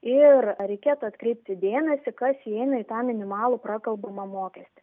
ir reikėtų atkreipti dėmesį kas įeina į tą minimalų prakalbamą mokestį